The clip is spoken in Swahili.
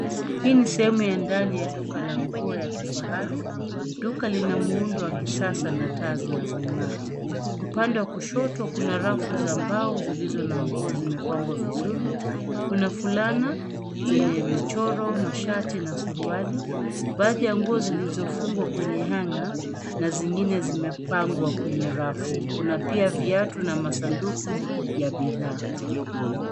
Hii ni sehemu ya ndani ya duka la nguo ya kifahari . Duka lina muundo wa kisasa na taa zinazong'aa. Upande wa kushoto, kuna rafu za mbao zilizo na nguo zimepangwa vizuri. Kuna fulana zenye michoro, mashati na suruali . Baadhi ya nguo zilizofungwa kwenye hanger na zingine zimepangwa kwenye rafu. Kuna pia viatu na masanduku ya bidhaa.